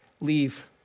leave